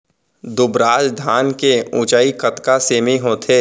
दुबराज धान के ऊँचाई कतका सेमी होथे?